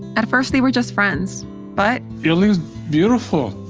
at first, they were just friends but. yoli was beautiful.